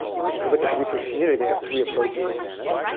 if you look at the research community, they have three approaches of fairness.